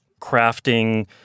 crafting